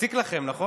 מציק לכם, נכון?